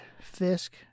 Fisk